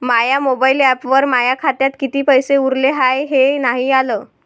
माया mobile ॲपवर माया खात्यात किती पैसे उरले हाय हे नाही आलं